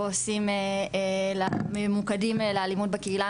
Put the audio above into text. בעו"סים ממוקדים לאלימות בקהילה.